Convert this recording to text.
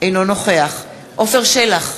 אינו נוכח עפר שלח,